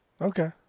Okay